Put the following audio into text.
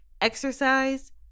exercise